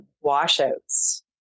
washouts